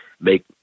make